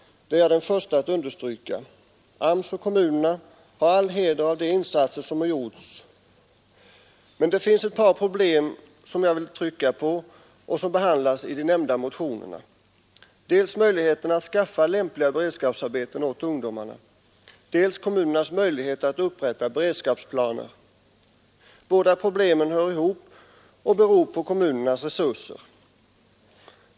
Det är jag den förste att understryka. AMS och kommunerna har all heder av de insatser som gjorts. Men det finns ett par problem som jag vill trycka på, och som behandlas i de nämnda motionerna, dels möjligheterna att skaffa lämpliga beredskapsarbeten åt ungdomar, dels kommunernas möjligheter att upprätta beredskapsplaner. Båda problemen hör ihop och beror på kommunernas resurser.